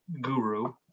Guru